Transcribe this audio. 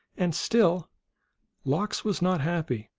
and still lox was not happy,